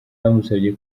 bamusabye